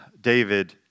David